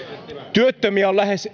työttömiä on lähes